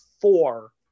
four